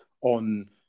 on